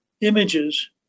images